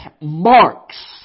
marks